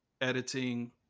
editing